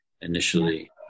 initially